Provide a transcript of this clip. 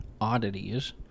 oddities